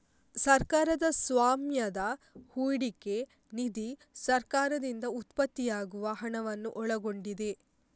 ಸರ್ಕಾರದ ಸ್ವಾಮ್ಯದ ಹೂಡಿಕೆ ನಿಧಿ ಸರ್ಕಾರದಿಂದ ಉತ್ಪತ್ತಿಯಾಗುವ ಹಣವನ್ನು ಒಳಗೊಂಡಿದೆ